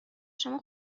شما